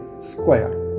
square